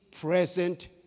present